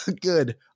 good